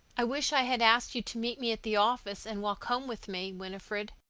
i wish i had asked you to meet me at the office and walk home with me, winifred.